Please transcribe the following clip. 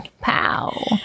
pow